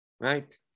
right